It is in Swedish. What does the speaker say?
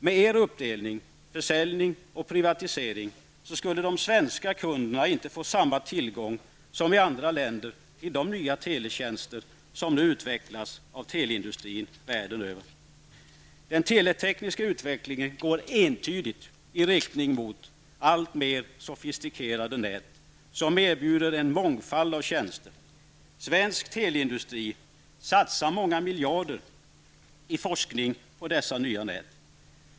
Med er uppdelning, försäljning och privatisering skulle de svenska kunderna inte få samma tillgång som i andra länder till de nya teletjänster som nu utvecklas av teleindustrin världen över. Den teletekniska utvecklingen går entydigt i riktning mot alltmer sofistikerade nät, som erbjuder en mångfald av tjänster. Svensk teleindustri satsar många miljarder i forskning på dessa nya nät.